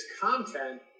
content